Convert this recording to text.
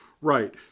Right